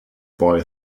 boy